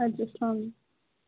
ادٕ حظ اَسَلام علیکُم